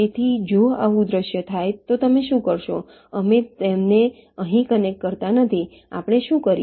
તેથી જો આવું દૃશ્ય થાય તો તમે શું કરશો અમે તેમને અહીં કનેક્ટ કરતા નથી આપણે શું કરીએ